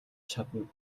чадна